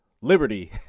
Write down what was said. liberty